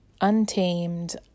untamed